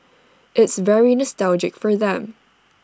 it's very nostalgic for them